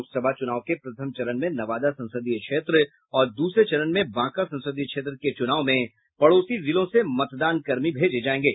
लोकसभा चूनाव के प्रथम चरण में नवादा संसदीय क्षेत्र और दूसरे चरण में बांका संसदीय क्षेत्र के चूनाव में पड़ोसी जिलों से मतदानकर्मी भेजे जायेंगे